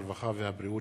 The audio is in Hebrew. הרווחה והבריאות.